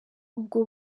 ubwo